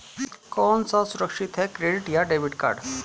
कौन सा सुरक्षित है क्रेडिट या डेबिट कार्ड?